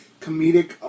comedic